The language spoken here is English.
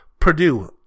Purdue